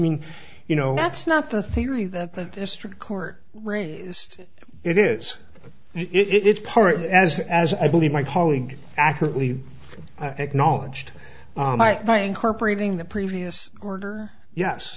mean you know that's not the theory that the district court system it is it is part as as i believe my calling accurately acknowledged by incorporating the previous order yes